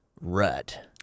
rut